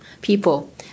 people